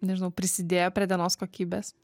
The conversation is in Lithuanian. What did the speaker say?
nežinau prisidėjo prie dienos kokybės